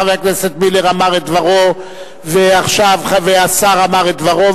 חבר הכנסת מילר אמר את דברו והשר אמר את דברו,